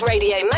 Radio